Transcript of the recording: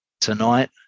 tonight